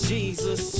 Jesus